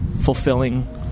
fulfilling